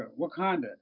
Wakanda